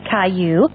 Caillou